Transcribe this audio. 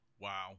Wow